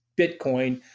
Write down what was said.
Bitcoin